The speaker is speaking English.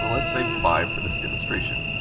let's say five for this demonstration.